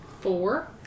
Four